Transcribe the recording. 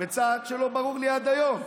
בצעד שלא ברור לי עד היום,